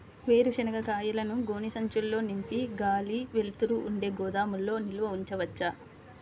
వేరుశనగ కాయలను గోనె సంచుల్లో నింపి గాలి, వెలుతురు ఉండే గోదాముల్లో నిల్వ ఉంచవచ్చా?